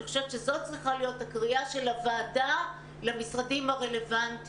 אני חושבת שזאת צריכה להיות הקריאה של הוועדה למשרדים הרלוונטיים.